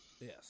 Yes